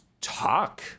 talk